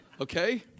Okay